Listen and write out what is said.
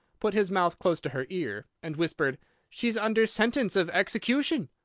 put his mouth close to her ear, and whispered she's under sentence of execution.